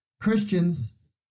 Christians